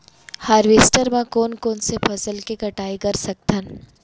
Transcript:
Harvester म कोन कोन से फसल के कटाई कर सकथन?